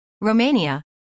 Romania